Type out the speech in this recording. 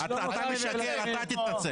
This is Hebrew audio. אתה משקר, אתה תתנצל.